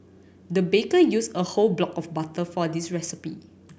the baker used a whole block of butter for this recipe